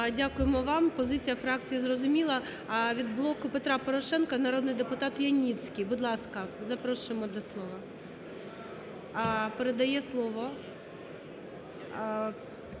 Дякуємо вам. Позиція фракції зрозуміла. Від "Блоку Петра Порошенка" народний депутат Яніцький. Будь ласка, запрошуємо до слова. Передає слово…